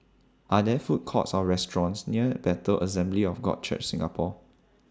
Are There Food Courts Or restaurants near Bethel Assembly of God Church Singapore